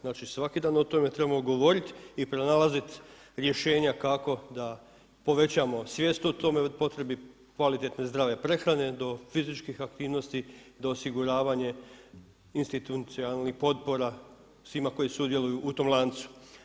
Znači svaki dan o tome trebamo govoriti i pronalazit rješenja kako da povećamo svijest o tome, u potrebi kvalitetne zdrave prehrane, do fizičkih aktivnosti do osiguravanje institucionalnih potpora svima koji sudjeluju u tom lancu.